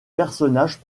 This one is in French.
personnages